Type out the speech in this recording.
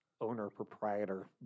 owner-proprietor